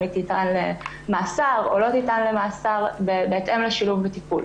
אם היא תטען למאסר או לא תטען למאסר בהתאם לשילוב בטיפול.